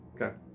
Okay